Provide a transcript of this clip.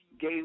gay